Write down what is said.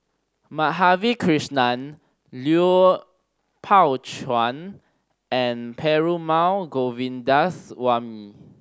Madhavi Krishnan Lui Pao Chuen and Perumal Govindaswamy